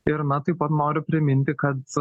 ir na taip pat noriu priminti kad